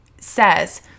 says